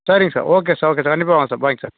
சரிங்க sir okay sir okay sir கண்டிப்பாக வாங்க சார் பை சார்